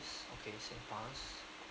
okay and bus